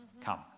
come